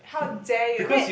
how dare you wait